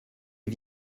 est